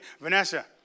Vanessa